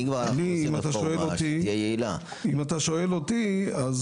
אם אתה שואל אותי בטווח הרחוק,